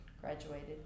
graduated